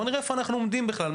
בואו נראה איפה אנחנו עומדים בכלל.